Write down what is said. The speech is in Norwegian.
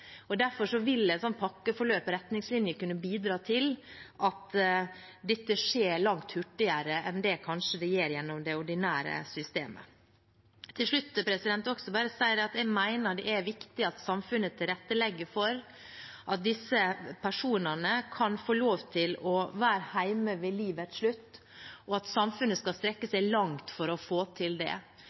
Derfor vil et sånt pakkeforløp og retningslinjer kunne bidra til at dette skjer langt hurtigere enn det kanskje gjør gjennom det ordinære systemet. Til slutt vil jeg også bare si at jeg mener det er viktig at samfunnet tilrettelegger for at disse personene kan få lov til å være hjemme ved livets slutt, og at samfunnet skal strekke seg langt for å få til det.